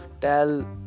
tell